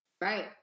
Right